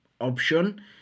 option